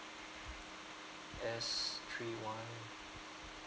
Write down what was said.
S three one